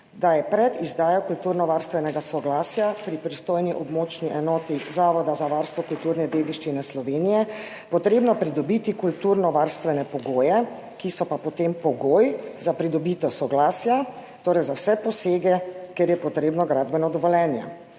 da je pred izdajo kulturnovarstvenega soglasja pri pristojni območni enoti Zavoda za varstvo kulturne dediščine Slovenije potrebno pridobiti kulturnovarstvene pogoje, ki so pa potem pogoj za pridobitev soglasja, za vse posege, kjer je potrebno gradbeno dovoljenje.